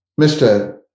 Mr